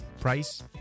price